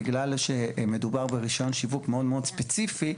בגלל שמדובר ברישיון שיווק מאוד מאוד ספציפי,